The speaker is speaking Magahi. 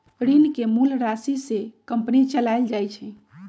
ऋण के मूल राशि से कंपनी चलाएल जाई छई